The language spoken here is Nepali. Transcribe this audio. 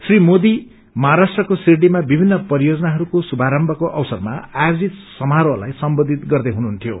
श्री मोदी महाराष्ट्रको शिरडीमा विभिन्न परियोजनाहरूको शुभारम्भको अवसरमा आयोजित समारोहलाई सम्बोधित गर्दै हुनुहुन्थ्यो